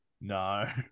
no